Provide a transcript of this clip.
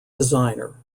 designer